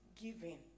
giving